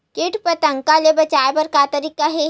कीट पंतगा ले बचाय बर का तरीका हे?